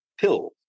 pill